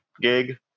gig